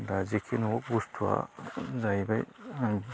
दा जिखि न'वाव बुसथुवा जाहैबाय